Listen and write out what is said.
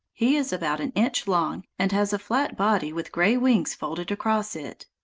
he is about an inch long, and has a flat body with grey wings folded across it.